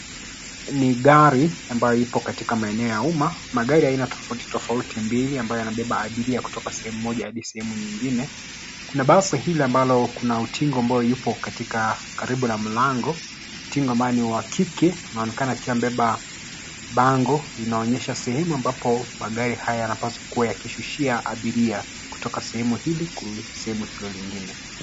Ni gari ambalo liko katika maeneo ya umma. Magari ya aina tofauti tofauti mawili ambayo yanabeba abiria kutoka sehemu moja hadi nyingine. Kuna basi hili ambalo lina utingo ambaye yupo karibu na mlango. Utingo ambaye ni wa kike anaonekana amebeba bango linaloonyesha sehemu ambapo basi hili linashushia abiria kutoka sehemu hii hadi sehemu nyingine.